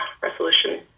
resolution